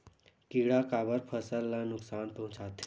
किड़ा काबर फसल ल नुकसान पहुचाथे?